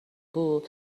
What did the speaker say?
بود